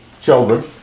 Children